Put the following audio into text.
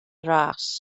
ras